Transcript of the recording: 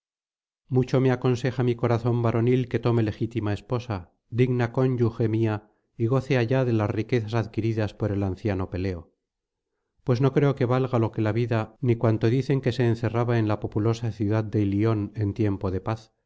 mucho me aconseja mi corazón varonil que tome legítima esposa digna cónyuge mía y goce allá de las riquezas adquiridas por el anciano peleo pues no creo que valga lo que la vida ni cuanto dicen que se encerraba en la populosa ciudad de ilion en tiempo de paz